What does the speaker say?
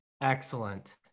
Excellent